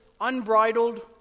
unbridled